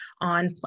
on